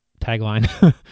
tagline